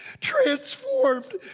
transformed